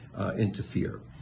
interfere